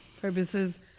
purposes